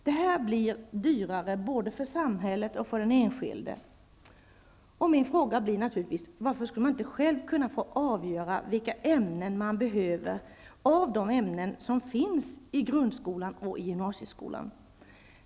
Detta blir dyrare för både samhället och den enskilde. Min fråga blir naturligtvis: Varför skall man inte själv få avgöra vilka ämnen som man behöver av dem som finns i grundskolan och i gymnasieskolan?